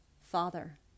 Father